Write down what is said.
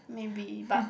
maybe but